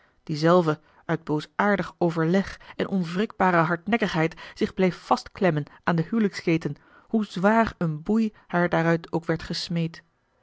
die zelve uit boosaardig overleg en onwrikbare hardnekkigheid zich bleef vastklemmen aan de heiliksketen hoe zwaar eene boei haar daaruit ook werd gesmeed